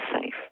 safe